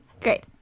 Great